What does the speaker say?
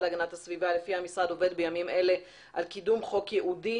להגנת הסביבה לפיה המשרד עובד בימים אלה על קידום חוק ייעודי